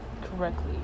correctly